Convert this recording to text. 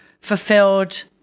fulfilled